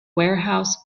warehouse